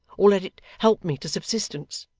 or let it help me to subsistence.